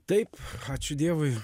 taip ačiū dievui